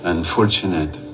Unfortunate